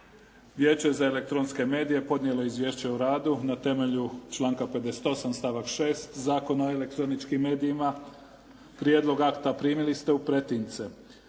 Vijeće za elektronske medije podnijelo je izvješće o radu na temelju članka 58. stavak 6. Zakona o elektroničkim medijima. Prijedlog akta primili ste u pretince.